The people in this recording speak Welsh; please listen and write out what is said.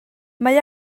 mae